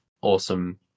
awesome